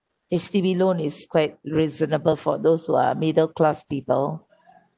H_D_B loan is quite reasonable for those who are middle class people